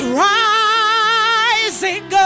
rising